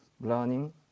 learning